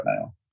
now